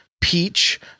Peach